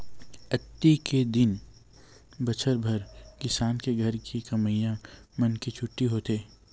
अक्ती के दिन बछर भर किसान के घर के कमइया मन के छुट्टी होथे